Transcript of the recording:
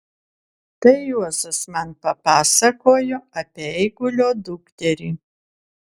tai juozas man papasakojo apie eigulio dukterį